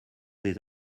des